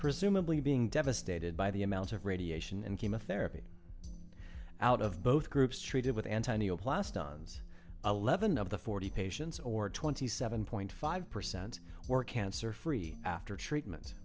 presumably being devastated by the amount of radiation and chemotherapy out of both groups treated with antonio plastic ones eleven of the forty patients or twenty seven point five percent were cancer free after treatment